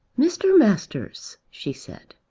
mr. masters, she said,